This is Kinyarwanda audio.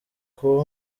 kuba